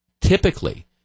typically